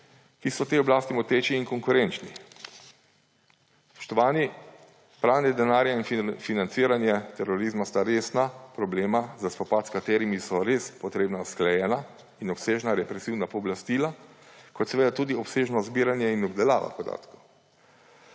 ki so tej oblasti moteči in konkurenčni. Spoštovani, pranje denarja in financiranje terorizma sta resna problema, za spopad s katerimi so res potrebna usklajena in obsežna represivna pooblastila kot seveda tudi obsežno zbiranje in obdelava podatkov.